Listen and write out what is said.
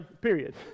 period